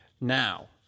now